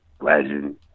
legend